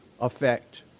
effect